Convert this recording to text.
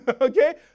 Okay